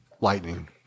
lightning